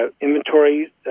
inventory